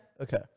Okay